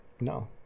No